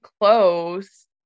close